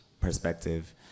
perspective